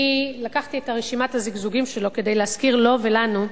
אני לקחתי את רשימת הזיגזוגים שלו כדי להזכיר לו ולנו,